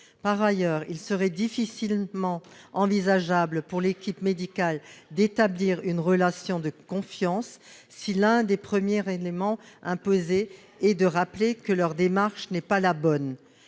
Par ailleurs, il serait difficilement envisageable pour l'équipe médicale d'établir une relation de confiance si l'un des premiers éléments imposés est de rappeler que leur démarche n'est pas la bonne.